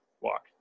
walk